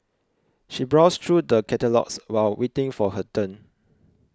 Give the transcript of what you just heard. she browsed through the catalogues while waiting for her turn